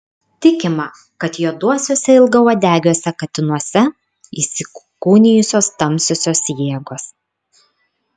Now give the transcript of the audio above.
tikima kad juoduosiuose ilgauodegiuose katinuose įsikūnijusios tamsiosios jėgos